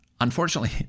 Unfortunately